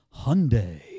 Hyundai